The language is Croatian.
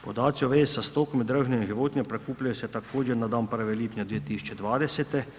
Podaci o vezi sa stokom i držanjem životinja prikupljaju se također na dan 1. lipnja 2020.